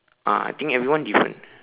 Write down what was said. ah I think everyone different